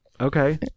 okay